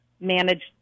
managed